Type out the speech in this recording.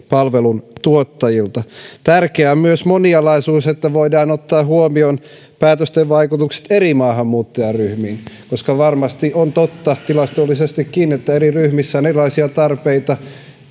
palveluntuottajilta tärkeää on myös monialaisuus että voidaan ottaa huomioon päätösten vaikutukset eri maahanmuuttajaryhmiin koska varmasti on tilastollisestikin totta että eri ryhmissä on erilaisia tarpeita